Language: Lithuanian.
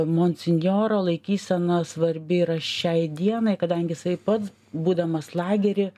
monsinjoro laikysena svarbi yra šiai dienai kadangi jisai pats būdamas lagery